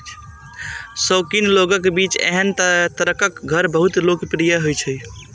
शौकीन लोगक बीच एहन तरहक घर बहुत लोकप्रिय होइ छै